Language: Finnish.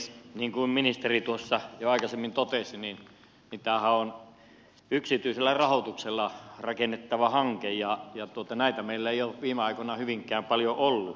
niin kuin ministeri tuossa jo aikaisemmin totesi tämähän on yksityisellä rahoituksella rakennettava hanke ja näitä meillä ei ole viime aikoina hyvinkään paljoa ollut